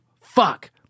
fuck